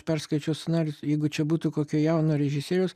perskaičius na ir jeigu čia būtų kokio jauno režisieriaus